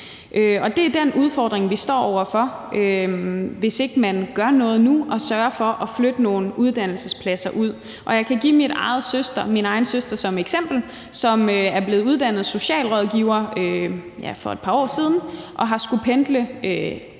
Det er den udfordring, vi står over for, hvis man ikke gør noget nu og sørger for at flytte nogle uddannelsespladser ud. Jeg kan komme med min egen søster som eksempel. Hun blev uddannet som socialrådgiver for et par år siden og skulle pendle